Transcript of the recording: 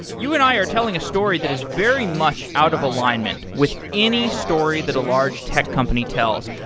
you and i are telling a story that is very much out of alignment with any story that a large tech company tells.